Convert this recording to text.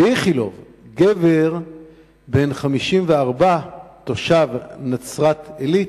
ב"איכילוב", גבר בן 54, תושב נצרת-עילית,